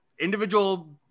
individual